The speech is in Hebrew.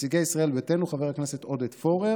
נציגי ישראל ביתנו, חבר הכנסת עודד פורר